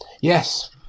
Yes